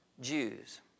Jews